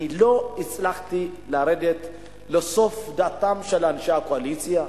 אני לא הצלחתי לרדת לסוף דעתם של אנשי הקואליציה.